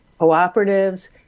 cooperatives